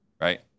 Right